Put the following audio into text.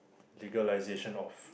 legalisation of